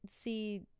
see